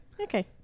okay